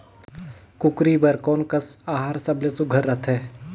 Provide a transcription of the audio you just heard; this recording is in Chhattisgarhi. कूकरी बर कोन कस आहार सबले सुघ्घर रथे?